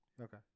Okay